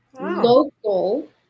Local